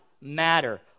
matter